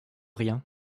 rien